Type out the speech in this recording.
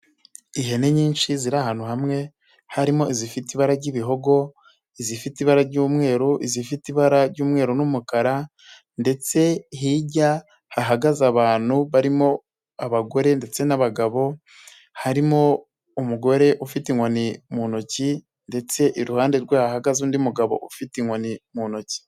Ihene nyinshi ziri ahantu hamwe harimo izifite ibara ry'ibihogo, zifite ibara ry'umweru, izifite ibara ry'umweru n'umukara, ndetse hirya hahagaze abantu barimo abagore ndetse n'abagabo harimo umugore ufite inkoni mu ntoki, ndetse iruhande rwe hahagaze undi mugabo ufite inkoni mu ntoki.